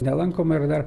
nelankoma ir dar